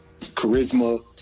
charisma